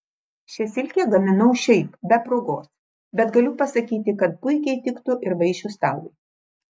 šią silkę gaminau šiaip be progos bet galiu pasakyti kad puikiai tiktų ir vaišių stalui